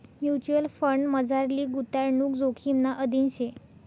mutual फंडमझारली गुताडणूक जोखिमना अधीन शे